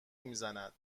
میزند